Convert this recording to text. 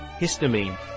Histamine